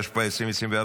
התשפ"ה 2024,